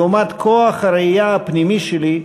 לעומת כוח הראייה הפנימי שלי,